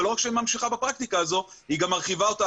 ולא רק שהיא ממשיכה בפרקטיקה הזאת אלא היא מרחיבה אותה